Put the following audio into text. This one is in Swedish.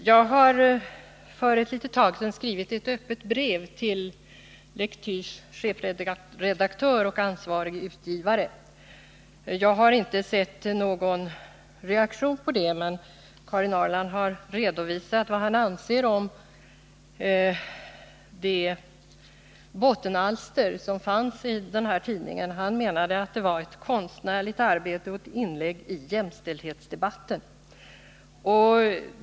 Herr talman! För ett tag sedan skrev jag ett öppet brev till Lektyrs chefredaktör och ansvarige utgivare. Jag har inte sett till någon reaktion på det brevet, men Karin Ahrland har redogjort för vad han anser om de bottenalster som fanns i den här tidningen. Han menade att det var ett konstnärligt arbete och ett inlägg i jämställdhetsdebatten.